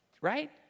right